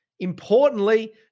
Importantly